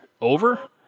over